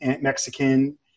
Mexican